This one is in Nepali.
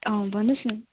अँ भन्नुहोस् न